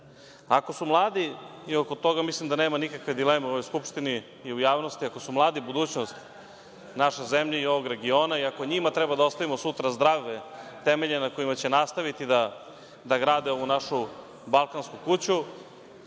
među ljudima. Oko toga nema nikakve dileme ni u Skupštini, ni u javnosti. Ako su mladi budućnost naše zemlje i ovog regiona i ako njima treba da ostavimo sutra zdrave temelje na kojima će nastaviti da grade našu balkansku kuću,